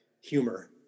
humor